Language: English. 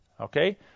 Okay